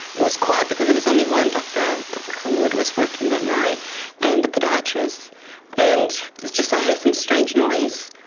it was quiet because there was only one doctor, dr. khulod was working that night and the podiatrist and it's just i heard some strange noise,